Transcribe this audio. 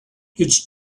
its